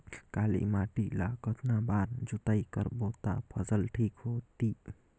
काली माटी ला कतना बार जुताई करबो ता फसल ठीक होती?